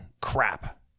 crap